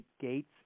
Gates